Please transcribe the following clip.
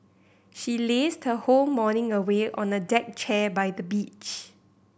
she lazed her whole morning away on a deck chair by the beach